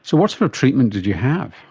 so what sort of treatment did you have?